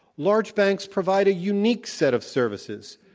large banks provide a unique set of services.